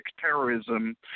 terrorism